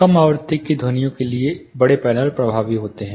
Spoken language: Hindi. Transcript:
कम आवृत्ति की ध्वनियों के लिए बड़े पैनल प्रभावी होते हैं